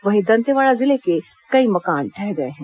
वहीं दंतेवाड़ा जिले में कई मकान ढह गए हैं